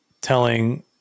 telling